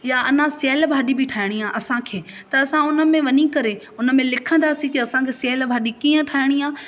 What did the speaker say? या अञा सेहल भाॼी बि ठाहिणी आहे असांखे त असां उन में वञी करे उन में लिखंदासीं की असांखे सेहल भाॼी कीअं ठाहिणी आहे